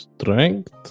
Strength